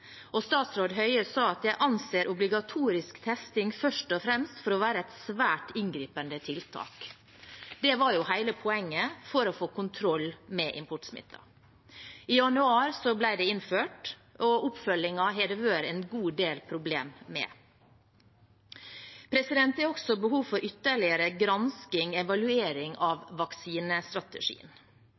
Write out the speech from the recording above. og statsråd Høie sa at «jeg anser obligatorisk testing først og fremst for å være et svært inngripende tiltak». Det var jo hele poenget for å få kontroll med importsmitten. I januar ble det innført, og oppfølgingen har det vært en god del problemer med. Det er også behov for ytterligere gransking/evaluering av